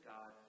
God